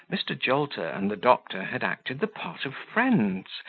mr. jolter and the doctor had acted the part of friends,